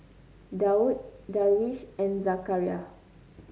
Daud Darwish and Zakaria